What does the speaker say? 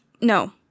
no